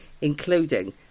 including